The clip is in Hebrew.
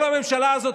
כל הממשלה הזאת,